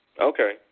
Okay